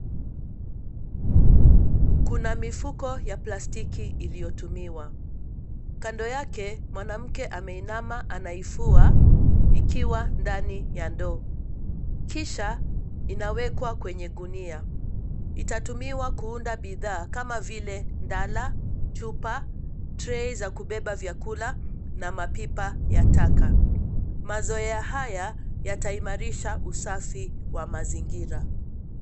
Kuna mifuko ya plastiki iliyotumiwa. Kando yake, mwanamke ameinama anaifua, ikiwa ndani ya ndoo. Kisha, inawekwa kwenye gunia. Itatumiwa kuunda bidhaa, kama vile: ndala, chupa, trei za kubeba vyakula, na mapipa ya taka. Mazoea haya, yataimarisha usafi wa mazingira.